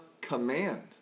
command